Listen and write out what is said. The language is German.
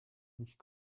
nicht